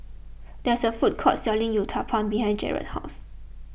there is a food court selling Uthapam behind Gerard's house